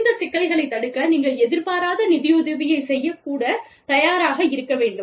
இந்த சிக்கல்களைத் தடுக்க நீங்கள் எதிர்பாராத நிதியுதவியை செய்யக் கூட தயாராக இருக்க வேண்டும்